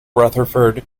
rutherford